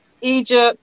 Egypt